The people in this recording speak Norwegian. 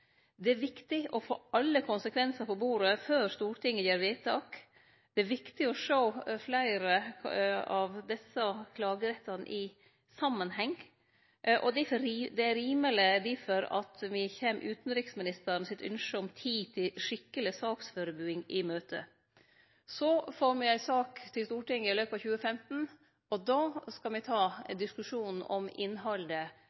Det er viktig å få alle konsekvensar på bordet før Stortinget gjer vedtak. Det er viktig å sjå fleire av desse klagerettane i samanheng. Det er difor rimeleg at me kjem utanriksministeren sitt ynske om tid til skikkeleg saksførebuing i møte. Så får me ei sak til Stortinget i løpet av 2015, og då skal me ta